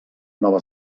nova